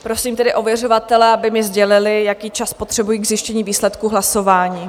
Prosím tedy ověřovatele, aby mi sdělili, jaký čas potřebují k zjištění výsledku hlasování.